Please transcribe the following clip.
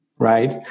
Right